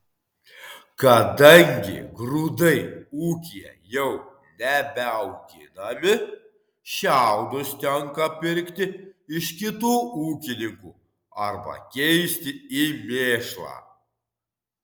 kadangi grūdai ūkyje jau nebeauginami šiaudus tenka pirkti iš kitų ūkininkų arba keisti į mėšlą